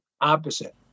opposite